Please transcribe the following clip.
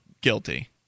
guilty